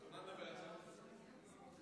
תודה רבה, אדוני.